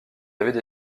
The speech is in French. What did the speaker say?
avaient